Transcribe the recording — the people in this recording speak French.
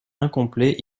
incomplet